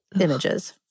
images